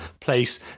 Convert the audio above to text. place